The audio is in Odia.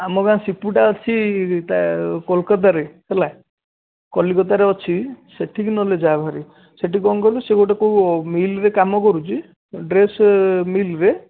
ଆମ ଗାଁ ସିପୁଟା ଅଛି ତା କୋଲକାତାରେ ହେଲା କଲିକତାରେ ଅଛି ସେଠିକି ନହେଲେ ଯା ଭାରି ସେଇଠି କ'ଣ କହିଲୁ ସେ କ'ଣ ଗୋଟେ କେଉଁ ମିଲ୍ରେ କାମ କରୁଛି ଡ୍ରେସ୍ ମିଲ୍ରେ